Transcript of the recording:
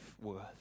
worth